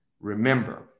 Remember